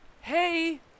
hey